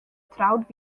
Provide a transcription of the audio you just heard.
troud